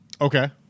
Okay